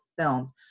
Films